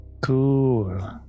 Cool